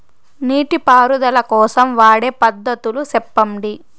నీటి పారుదల కోసం వాడే పద్ధతులు సెప్పండి?